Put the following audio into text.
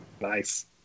Nice